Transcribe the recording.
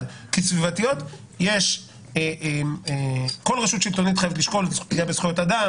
כי כל רשות שלטונית חייבת לשקול פגיעה בזכויות אדם.